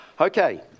Okay